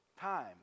Time